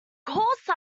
course